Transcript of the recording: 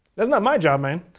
that's not my job, man.